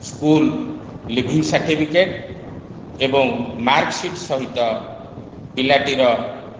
school leaving certificate ଏବଂ marksheet ସହିତ ପିଲାଟିର